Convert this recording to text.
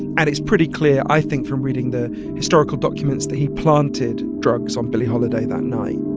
and it's pretty clear, i think, from reading the historical documents, that he planted drugs on billie holiday that night.